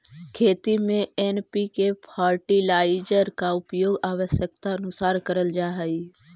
खेती में NPK fertiliser का उपयोग आवश्यकतानुसार करल जा हई